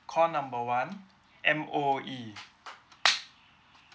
call number one M_O_E